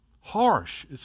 harsh